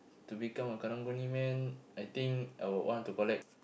to become a Karang-Guni man I think I would want to collect